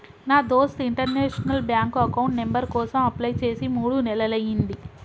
నా దోస్త్ international bank account number కోసం అప్లై చేసి మూడు నెలలయ్యింది